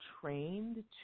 trained